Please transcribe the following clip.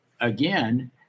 again